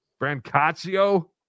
brancaccio